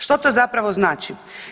Što to zapravo znači?